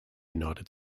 united